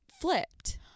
flipped